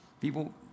People